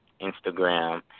Instagram